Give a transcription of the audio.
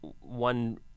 one